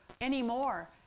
anymore